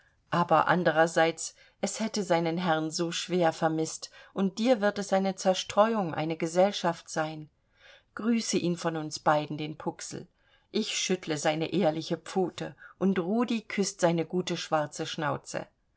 aber andererseits es hätte seinen herrn so schwer vermißt und dir wird es eine zerstreuung eine gesellschaft sein grüße ihn von uns beiden den puxel ich schüttle seine ehrliche pfote und rudi küßt seine gute schwarze schnauze